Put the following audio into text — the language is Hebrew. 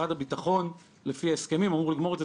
משרד הביטחון לפי ההסכמים אמור לגמור את זה